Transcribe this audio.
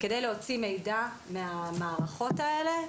כדי להוציא מידע מהמערכות האלה,